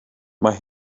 mae